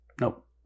nope